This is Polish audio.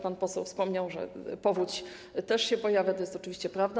Pan poseł wspomniał, że powódź też się pojawia, to jest oczywiście prawda.